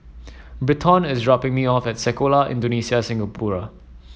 Britton is dropping me off at Sekolah Indonesia Singapura